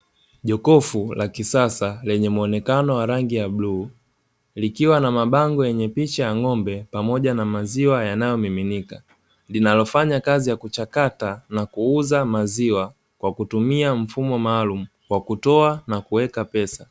Jokofu la kisasa lenye muonekano wa rangi ya bluu, likiwa na mabango yenye picha ya ng'ombe pamoja na maziwa yanayomiminika, linalofanya kazi ya kuchakata na kuuza maziwa kwa kutumia mfumo maalumu wa kutoa na kuweka pesa.